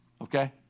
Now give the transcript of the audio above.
Okay